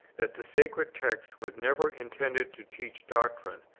that the sacred text was never intended to teach doctrine,